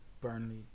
Burnley